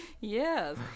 Yes